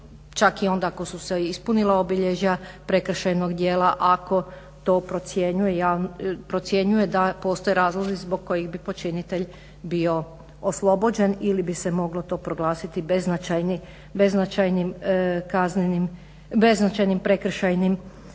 čak i onda ako su se ispunila obilježja prekršajnog djela ako to procjenjuje da postoje razlozi zbog kojih bi počinitelj bio oslobođen ili bi se moglo to proglasiti beznačajnim kaznenim, prekršajnim djelom.